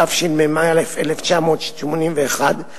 התשמ"א 1981,